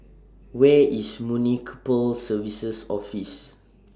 Where IS Municipal Services Office